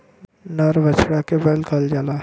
नर बछड़ा के बैल कहल जाला